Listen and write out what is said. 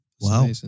Wow